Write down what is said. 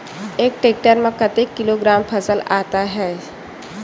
एक टेक्टर में कतेक किलोग्राम फसल आता है?